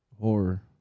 Horror